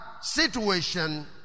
situation